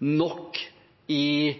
nok i